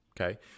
Okay